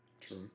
True